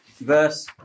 Verse